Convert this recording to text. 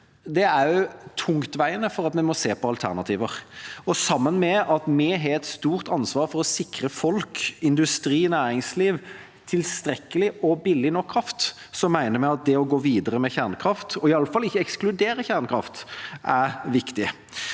er tungtveiende for at vi må se på alternativer. Sammen med at vi har et stort ansvar for å sikre folk, industri og næringsliv tilstrekkelig og billig nok kraft, mener vi at det å gå videre med kjernekraft – iallfall ikke ekskludere kjernekraft – er viktig.